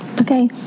okay